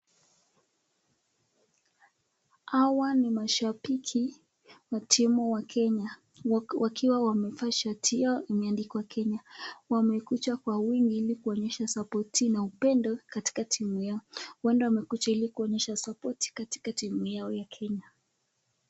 Hawa ni mashabiki wa timu wa Kenya wakiwa wamevaa shati yao yenye imeandikwa Kenya wamekuja kwa wingi ili kuonyesha sapoti na upendo katika timu yao huenda wamekuja kuonyesha sapoti katika timu yao ya Kenya.